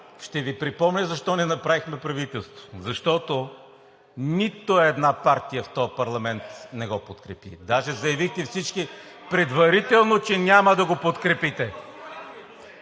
Ще Ви припомня защо не направихме правителство – защото нито една партия в този парламент не го подкрепи. (Реплики.) Даже всички предварително заявихте, че няма да го подкрепите.